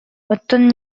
оттон